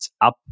up